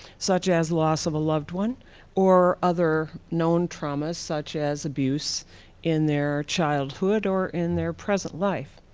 such as loss of a loved one or other known traumas such as abuse in their childhood or in their present life.